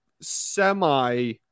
semi –